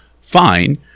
fine